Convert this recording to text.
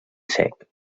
sec